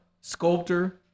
sculptor